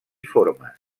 formes